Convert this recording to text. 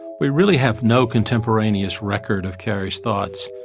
we really have no contemporaneous record of carrie's thoughts.